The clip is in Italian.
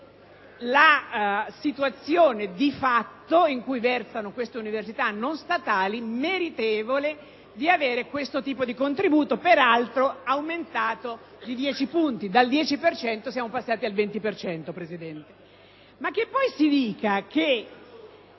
la situazione di fatto in cui versano queste università non statali, meritevole di avere questo tipo di contributo, peraltro aumentato di 10 punti (dal 10 per cento siamo passati al 20). Ma che poi si dica che